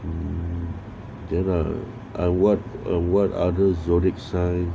gerald I what uh what other zodiac sign